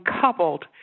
coupled